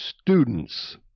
students